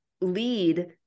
lead